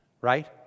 right